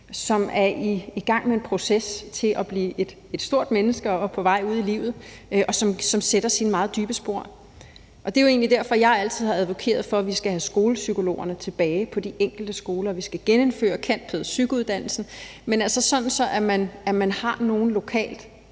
som er i gang med en proces til at blive et stort menneske og på vej ud i livet, hvor sorgen så sætter meget dybe spor. Og det er jo egentlig derfor, jeg altid har advokeret for, at vi skal have skolepsykologerne tilbage på de enkelte skole,r og at vi skal gennemføre cand. pæd. psych-uddannelsen, sådan at man har nogen lokalt.